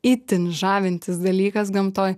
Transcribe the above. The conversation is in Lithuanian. itin žavintis dalykas gamtoj